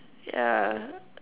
yeah